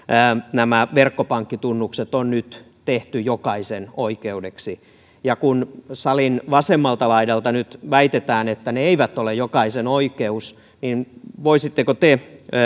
nämä verkkopankkitunnukset on nyt tehty jokaisen oikeudeksi kun salin vasemmalta laidalta nyt väitetään että ne eivät ole jokaisen oikeus niin voisitteko te